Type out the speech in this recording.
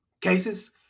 cases